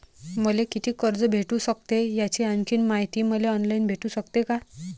मले कितीक कर्ज भेटू सकते, याची आणखीन मायती मले ऑनलाईन भेटू सकते का?